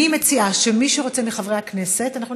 אני מציעה שמי מחברי הכנסת שרוצה,